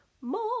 More